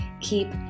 keep